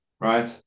Right